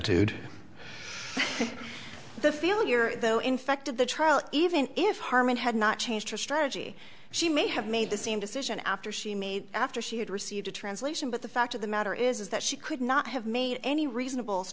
is the feel you're though in fact of the trial even if harman had not changed her strategy she may have made the same decision after she made after she had received a translation but the fact of the matter is that she could not have made any reasonable